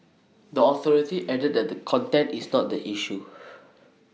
the authority added that the content is not the issue